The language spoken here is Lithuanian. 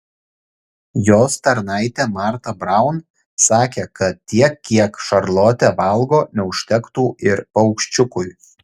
jos tarnaitė marta braun sakė kad tiek kiek šarlotė valgo neužtektų ir paukščiukui